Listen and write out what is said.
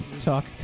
talk